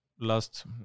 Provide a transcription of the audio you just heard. last